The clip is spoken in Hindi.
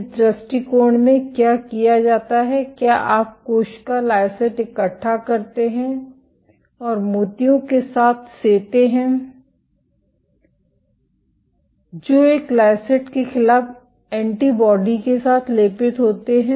इस दृष्टिकोण में क्या किया जाता है क्या आप कोशिका लाइसेट इकट्ठा करते हैं और मोतियों के साथ सेते हैं जो एक लायसेट के खिलाफ एंटीबॉडी के साथ लेपित होते हैं